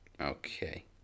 Okay